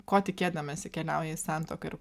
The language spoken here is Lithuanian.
ko tikėdamiesi keliauja į santuoką ir